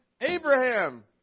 Abraham